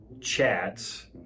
chats